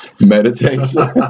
meditation